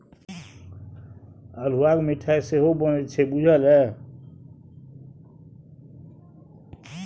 अल्हुआक मिठाई सेहो बनैत छै बुझल ये?